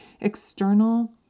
external